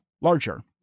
larger